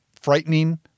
frightening